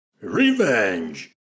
revenge